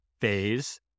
phase